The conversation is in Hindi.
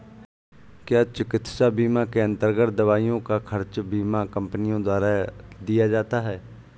क्या चिकित्सा बीमा के अन्तर्गत दवाइयों का खर्च बीमा कंपनियों द्वारा दिया जाता है?